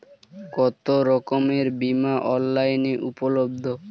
কতোরকমের বিমা অনলাইনে উপলব্ধ?